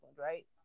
right